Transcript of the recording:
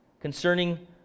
concerning